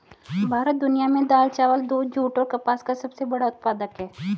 भारत दुनिया में दाल, चावल, दूध, जूट और कपास का सबसे बड़ा उत्पादक है